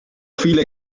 viele